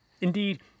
Indeed